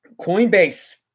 Coinbase